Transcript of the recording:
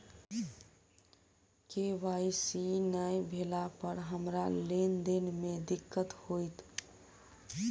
KYC नै भेला पर हमरा लेन देन मे दिक्कत होइत?